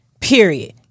period